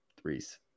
threes